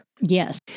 Yes